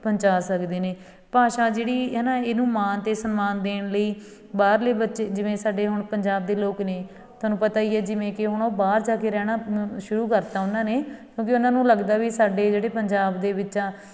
ਪਹੁੰਚਾ ਸਕਦੇ ਨੇ ਭਾਸ਼ਾ ਜਿਹੜੀ ਹੈ ਨਾ ਇਹਨੂੰ ਮਾਨ ਅਤੇ ਸਨਮਾਨ ਦੇਣ ਲਈ ਬਾਹਰਲੇ ਬੱਚੇ ਜਿਵੇਂ ਸਾਡੇ ਹੁਣ ਪੰਜਾਬ ਦੇ ਲੋਕ ਨੇ ਤੁਹਾਨੂੰ ਪਤਾ ਹੀ ਹੈ ਜਿਵੇਂ ਕਿ ਹੁਣ ਉਹ ਬਾਹਰ ਜਾ ਕੇ ਰਹਿਣਾ ਸ਼ੁਰੂ ਕਰਤਾ ਉਹਨਾਂ ਨੇ ਕਿਉਂਕਿ ਉਹਨਾਂ ਨੂੰ ਲੱਗਦਾ ਵੀ ਸਾਡੇ ਜਿਹੜੇ ਪੰਜਾਬ ਦੇ ਵਿੱਚ ਹੈ